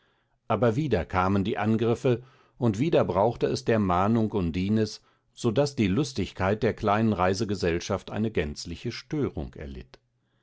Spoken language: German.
aber wieder kamen die angriffe und wieder brauchte es der mahnung undines so daß die lustigkeit der kleinen reisegesellschaft eine gänzliche störung erlitt